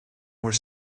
were